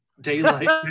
daylight